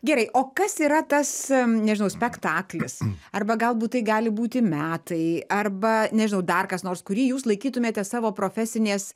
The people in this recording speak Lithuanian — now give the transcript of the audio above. gerai o kas yra tas nežinau spektaklis arba galbūt tai gali būti metai arba nežinau dar kas nors kurį jūs laikytumėte savo profesinės